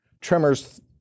Tremors